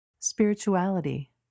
Spirituality